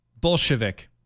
Bolshevik